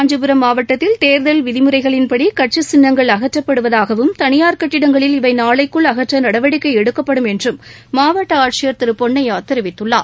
காஞ்சிபுரம் மாவட்டத்தில் தேர்தல் விதிமுறைகளின்படி கட்சி சின்னங்கள் அகற்றப்படுவதாகவும் தனியார் கட்டிடங்களில் இவை நாளைக்குள் அகற்ற நடவடிக்கை எடுக்கப்படும் என்றும் மாவட்ட ஆட்சியர் திரு பொன்னையா தெரிவித்துள்ளார்